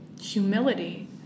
humility